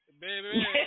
baby